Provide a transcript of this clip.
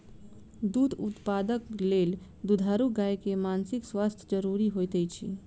दूध उत्पादनक लेल दुधारू गाय के मानसिक स्वास्थ्य ज़रूरी होइत अछि